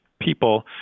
people